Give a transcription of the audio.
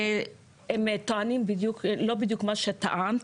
הם טוענים לא בדיוק מה שטענת,